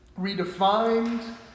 redefined